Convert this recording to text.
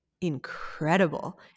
incredible